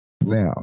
Now